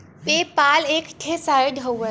पे पाल एक ठे साइट हउवे